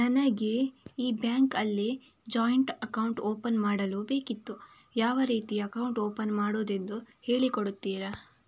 ನನಗೆ ಈ ಬ್ಯಾಂಕ್ ಅಲ್ಲಿ ಜಾಯಿಂಟ್ ಅಕೌಂಟ್ ಓಪನ್ ಮಾಡಲು ಬೇಕಿತ್ತು, ಯಾವ ರೀತಿ ಅಕೌಂಟ್ ಓಪನ್ ಮಾಡುದೆಂದು ಹೇಳಿ ಕೊಡುತ್ತೀರಾ?